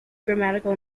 grammatical